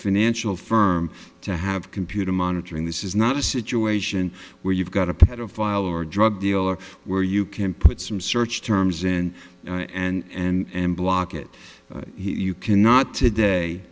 financial firm to have computer monitoring this is not a situation where you've got a pedophile or a drug dealer where you can put some search terms in and block it you cannot today